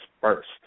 first